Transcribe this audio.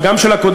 וגם של הקודמת,